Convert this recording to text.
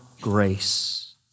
grace